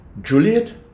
Juliet